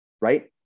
right